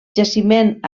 jaciment